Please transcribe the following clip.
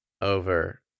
over